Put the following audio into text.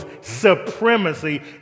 supremacy